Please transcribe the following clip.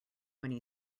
many